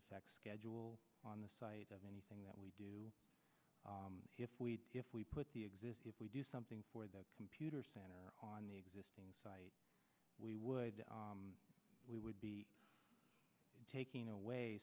affects schedule on the site of anything that we do if we if we put the exist if we do something for the computer center on the existing site we would we would be taking away